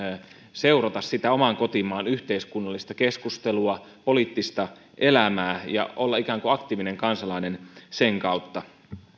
seurata sitä oman kotimaan yhteiskunnallista keskustelua poliittista elämää ja olla ikään kuin aktiivinen kansalainen sen kautta